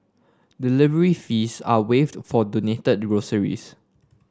delivery fees are waived for donated groceries